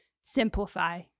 simplify